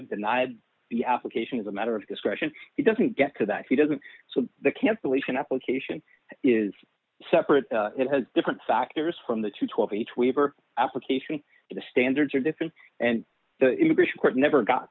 have been i had the application as a matter of discretion he doesn't get to that he doesn't so the cancellation application is separate it has different factors from the to twelve each weaver application to the standards are different and the immigration court never got